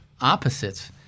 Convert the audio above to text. opposites